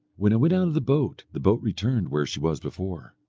when i went out of the boat the boat returned where she was before.